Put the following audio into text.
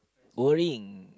boring